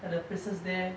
at the places there